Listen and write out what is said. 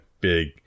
big